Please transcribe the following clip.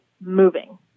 moving